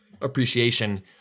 appreciation